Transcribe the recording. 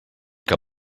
que